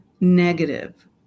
negative